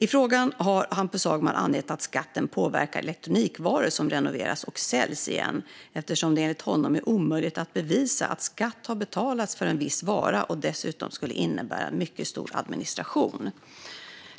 I frågan har Hampus Hagman angett att skatten påverkar elektronikvaror som renoveras och säljs igen eftersom det enligt honom är omöjligt att bevisa att skatt har betalats för en viss vara, och dessutom skulle det innebära mycket stor administration.